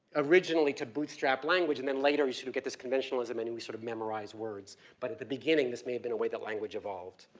originally to bootstrap language and then later you sort of get this conventionalism and and we sort of memorize words. but at the beginning this may have been a way that language evolved.